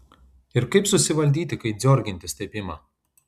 ir kaip susivaldyti kai dziorgintis taip ima